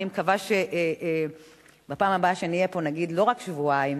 אני מקווה שבפעם הבאה שנהיה פה נגיד: לא רק שבועיים